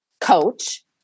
coach